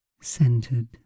centered